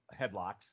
headlocks